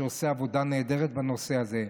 שעושה עבודה נהדרת בנושא הזה,